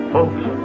Folks